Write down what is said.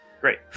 Great